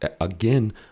Again